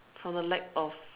from the lack of